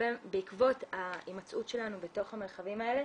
בעקבות ההימצאות שלנו בתוך המרחבים האלה